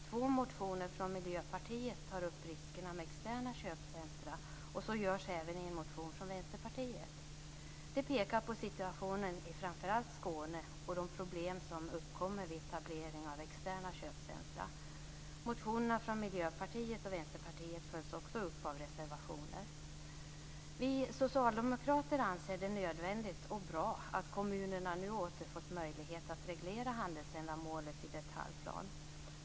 Två motioner från Miljöpartiet tar upp riskerna med externa köpcentrum, och så görs även i en motion från Vänsterpartiet. De pekar på situationen i framför allt Skåne och de problem som uppkommer vid etablering av externa köpcentrum. Motionerna från Miljöpartiet och Vänsterpartiet följs också upp av reservationer. Vi socialdemokrater anser att det är nödvändigt och bra att kommunerna nu åter fått möjlighet att reglera handelsändamålet i detaljplan.